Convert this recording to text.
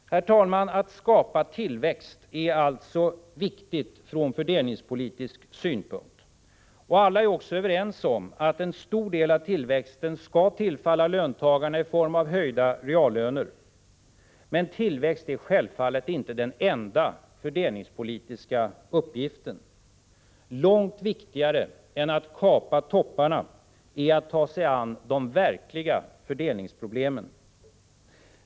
Herr talman! Att skapa tillväxt är alltså viktigt från fördelningspolitisk synpunkt. Alla är också överens om att en stor del av tillväxten skall tillfalla löntagarna i form av höjda reallöner. Men tillväxt är självfallet inte den enda fördelningspolitiska uppgiften. Långt viktigare än att kapa topparna är att ta sig an de verkliga fördelningsproblemen.